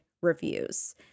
reviews